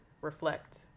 reflect